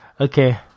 Okay